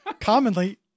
Commonly